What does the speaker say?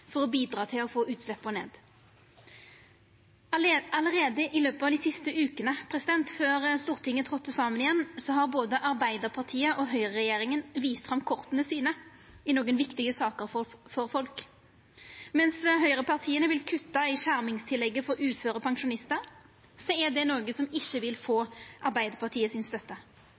for å bidra til å få utsleppa ned. Allereie i løpet av dei siste vekene før Stortinget tredde saman igjen, har både Arbeidarpartiet og høgreregjeringa vist fram korta sine i nokre saker som er viktige for folk. Mens høgrepartia vil kutta i skjermingstillegget for uføre pensjonistar, er det noko som ikkje vil få Arbeidarpartiets støtte.